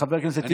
חבר הכנסת טיבי,